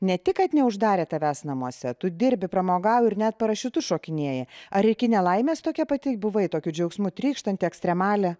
ne tik kad neuždarė tavęs namuose tu dirbi pramogauji ir net parašiutu šokinėji ar iki nelaimės tokia pati buvai tokiu džiaugsmu trykštanti ekstremalė